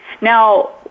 Now